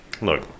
look